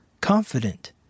confident